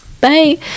bye